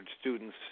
students